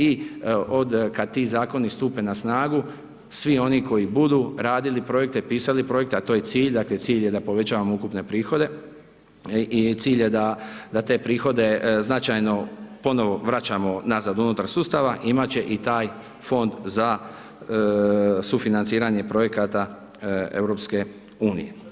I od, kad ti zakoni stupe na snagu, svi oni koji su budu radili projekte, pisali projekte a to je cilj, dakle cilj je da povećavamo ukupne prihode i cilj je da te prihode značajno ponovo vraćamo nazad unutar sustava imati će i taj Fond za sufinanciranje projekata EU.